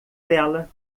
dela